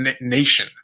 nation